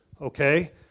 Okay